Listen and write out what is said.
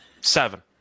seven